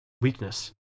weakness